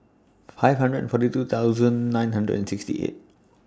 five hundred and forty two thousand nine hundred and sixty eight